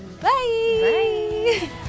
Bye